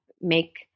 make